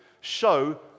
show